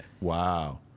wow